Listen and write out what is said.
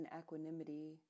equanimity